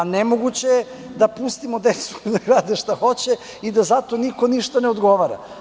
Nemoguće je da pustimo decu da rade šta hoće, i da zato niko ništa ne odgovara.